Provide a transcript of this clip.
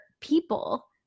people